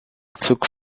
took